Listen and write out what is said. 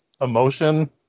emotion